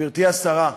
גברתי השרה.